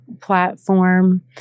platform